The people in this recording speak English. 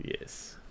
Yes